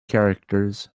characters